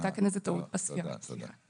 הייתה כאן איזו טעות בספירה, סליחה.